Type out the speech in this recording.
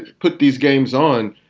put these games on,